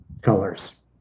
colors